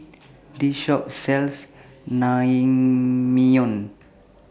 This Shop sells Naengmyeon